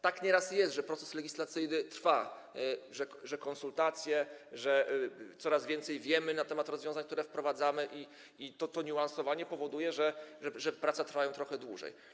Tak nieraz jest, że proces legislacyjny trwa, że są konsultacje, że coraz więcej wiemy na temat rozwiązań, które wprowadzamy, i to niuansowanie powoduje, że prace trwają trochę dłużej.